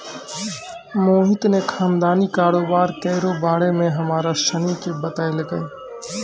मोहित ने खानदानी कारोबार केरो बारे मे हमरा सनी के बतैलकै